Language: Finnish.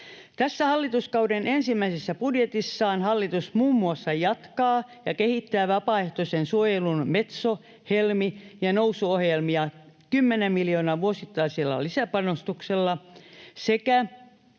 Tässä hallituskauden ensimmäisessä budjetissaan hallitus muun muassa jatkaa ja kehittää vapaaehtoisen suojelun Metso-, Helmi- ja Nousu-ohjelmia 10 miljoonan vuosittaisella lisäpanostuksella sekä